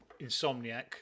Insomniac